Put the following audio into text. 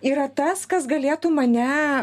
yra tas kas galėtų mane